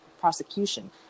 prosecution